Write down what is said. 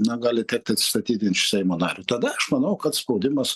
na gali tekti atsistatydint iš seimo nario tada aš manau kad spaudimas